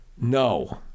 No